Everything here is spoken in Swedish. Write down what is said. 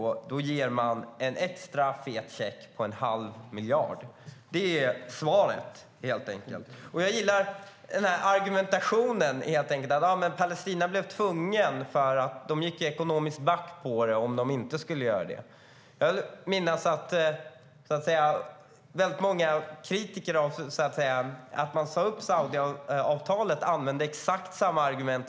Jo, man ger Palestina en extra fet check på en halv miljard med argumentet att det var tvunget, för de skulle gå back ekonomiskt om man inte gjorde det. Många av de som var kritiska till att Saudiavtalet sas upp använde exakt samma argument.